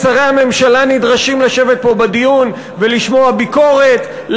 שרי הממשלה נדרשים לשבת פה בדיון ולשמוע ביקורת,